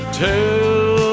tell